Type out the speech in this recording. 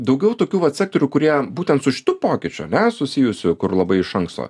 daugiau tokių vat sektorių kurie būtent su šitu pokyčiu ane susijusiu kur labai iš anksto